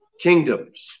kingdoms